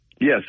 Yes